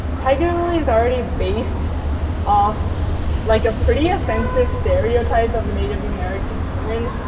tiger lily is already based off like a pretty offensive stereotype of a native american woman,